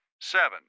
seven